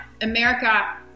America